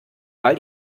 weil